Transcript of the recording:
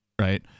Right